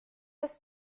das